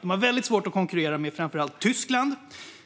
De har väldigt svårt att konkurrera med framför allt Tyskland,